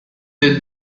têtes